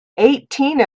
eighteen